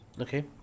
Okay